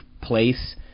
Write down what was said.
place